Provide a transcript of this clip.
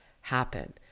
happen